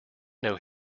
know